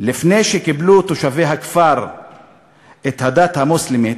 לפני שקיבלו תושבי הכפר את הדת המוסלמית,